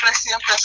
siempre